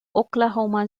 oklahoma